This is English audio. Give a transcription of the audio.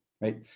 right